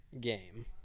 game